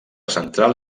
central